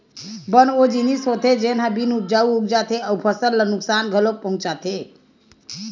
बन ओ जिनिस होथे जेन ह बिन उपजाए उग जाथे अउ फसल ल नुकसान घलोक पहुचाथे